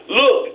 look